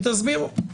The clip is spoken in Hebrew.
ותסבירו.